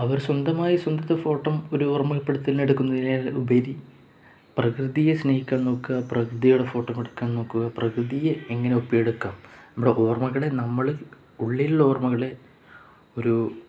അവര് സ്വന്തമായി സ്വന്തം ഫോട്ടോയും ഒരു ഓർമ്മപ്പെടുത്തുന്നതിന് എടുക്കുന്നതിന് ഉപരി പ്രകൃതിയെ സ്നേഹിക്കാൻ നോക്കുക പ്രകൃതിയുടെ ഫോട്ടോ എടുക്കാൻ നോക്കുക പ്രകൃതിയെ എങ്ങനെ ഒപ്പിയെടുക്കാം നമ്മുടെ ഓർമ്മകളെ നമ്മളെ ഉള്ളിലുള്ള ഓർമ്മകളെ ഒരു